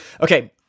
Okay